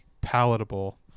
palatable